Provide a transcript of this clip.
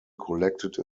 collected